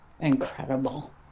incredible